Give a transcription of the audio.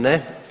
Ne.